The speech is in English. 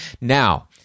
Now